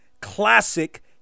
Classic